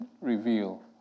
reveal